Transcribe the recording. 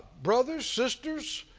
brothers, sisters,